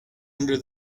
under